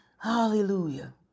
Hallelujah